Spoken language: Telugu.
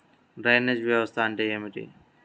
డ్రైనేజ్ వ్యవస్థ అంటే ఏమిటి?